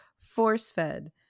force-fed